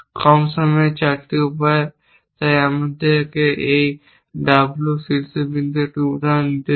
কম 4 উপায়ে তাই আমাকে এই W শীর্ষবিন্দু এই উদাহরণ নিতে দিন